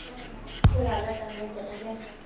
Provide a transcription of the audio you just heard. نہیں نہیں اس سے زیادہ کم نہیں کریں گے